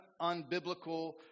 unbiblical